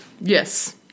Yes